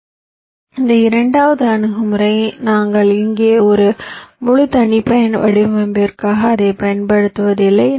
எனவே இந்த இரண்டாவது அணுகுமுறை நாங்கள் இங்கே ஒரு முழு தனிப்பயன் வடிவமைப்பிற்காக அதைப் பயன்படுத்துவதில்லை